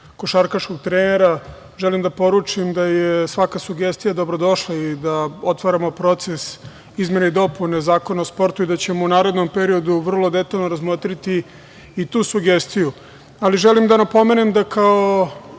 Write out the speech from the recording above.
košarkaškog trenera, želim da poručim da je svaka sugestija dobrodošla i da otvaramo proces izmene i dopune Zakona o sportu i da ćemo u narednom periodu vrlo detaljno razmotriti i tu sugestiju. Želim da napomenem da smo